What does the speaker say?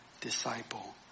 disciple